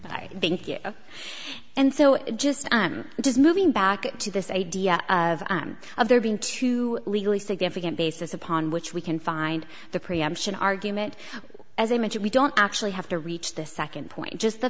but i think it and so just i'm just moving back to this idea of of there being two legally significant basis upon which we can find the preemption argument as i mentioned we don't actually have to reach the second point just the